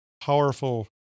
powerful